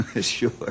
Sure